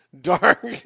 Dark